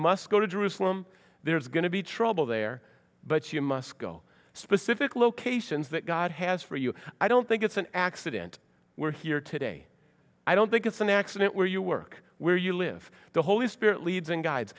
must go to jerusalem there is going to be trouble there but you must go specific locations that god has for you i don't think it's an accident we're here today i don't think it's an accident where you work where you live the holy spirit leads and guides